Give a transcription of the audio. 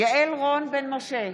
יעל רון בן משה,